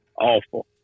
awful